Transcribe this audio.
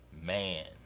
man